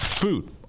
Food